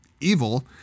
evil